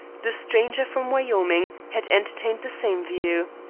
the stranger from wyoming, had entertained the same view.